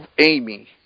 Amy